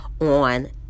on